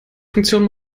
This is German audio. funktion